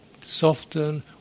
soften